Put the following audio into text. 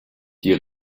die